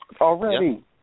already